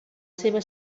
seva